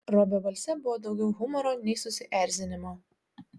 robio balse buvo daugiau humoro nei susierzinimo